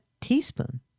teaspoon